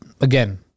again